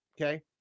okay